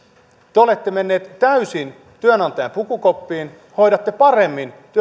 te olette menneet täysin työnantajan pukukoppiin hoidatte paremmin